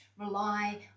Rely